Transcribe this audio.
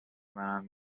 منم